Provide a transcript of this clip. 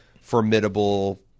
formidable